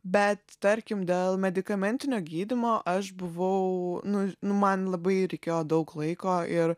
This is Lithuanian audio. bet tarkim dėl medikamentinio gydymo aš buvau nu nu man labai reikėjo daug laiko ir